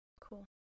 Cool